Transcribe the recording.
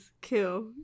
Kill